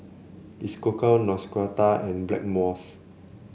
Isocal Neostrata and Blackmores